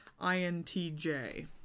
INTJ